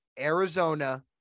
Arizona